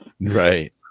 right